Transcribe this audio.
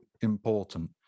important